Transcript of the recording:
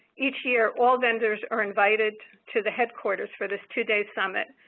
each year, all vendors are invited to the headquarters for this two-day summit,